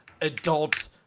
adult